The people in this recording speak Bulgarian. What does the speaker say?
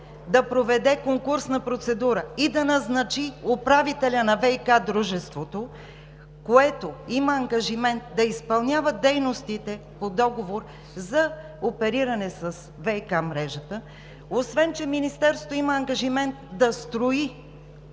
да проведе конкурсна процедура и да назначи управителя на ВиК дружеството, което има ангажимент да изпълнява дейностите по договор за опериране с ВиК мрежата, освен че Министерството има ангажимент да строи